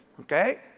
Okay